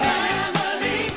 Family